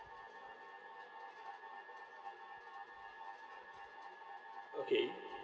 okay